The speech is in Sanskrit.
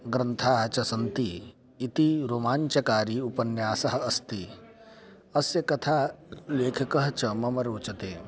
ग्रन्थाः च सन्ति इति रोमाञ्चकारी उपन्यासः अस्ति अस्य कथालेखकः च मम रोचते